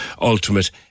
Ultimate